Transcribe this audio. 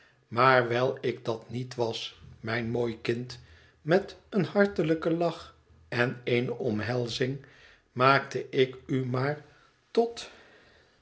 maar wijl ik dat niet was mijn mooi kind met een hartelijken lach en eene omhelzing maakte ik u maar tot